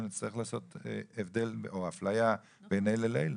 שנצטרך לעשות הבדל או אפליה בין אלה לאלה.